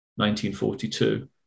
1942